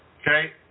okay